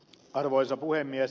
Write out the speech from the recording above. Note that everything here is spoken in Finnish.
arvoisa puhemies